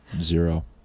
Zero